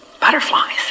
Butterflies